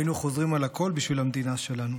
היינו חוזרים על הכול בשביל המדינה שלנו.